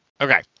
Okay